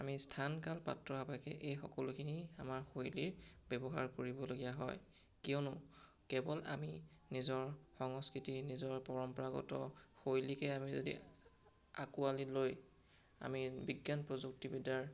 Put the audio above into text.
আমি স্থান কাল পাত্ৰ সাপেক্ষে এই সকলোখিনি আমাৰ শৈলীৰ ব্যৱহাৰ কৰিবলগীয়া হয় কিয়নো কেৱল আমি নিজৰ সংস্কৃতি নিজৰ পৰম্পৰাগত শৈলীকে আমি যদি আকোৱালি লৈ আমি বিজ্ঞান প্ৰযুক্তিবিদ্যাৰ